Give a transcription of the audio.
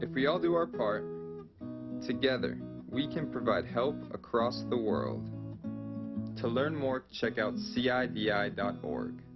if we all do our part together we can provide help across the world to learn more check out and see id i don't borg